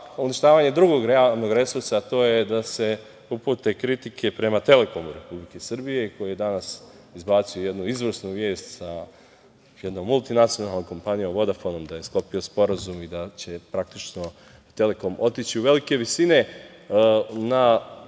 uništavanje drugog realnog resursa, a to je da se upute kritike prema „Telekomu“ Republike Srbije, koji je danas izbacio jednu izvrsnu vest sa jednom multinacionalnom kompanijom „Vodafonom“, da je sklopio sporazum i da će praktično „Telekom“ otići u velike visine na